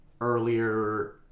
earlier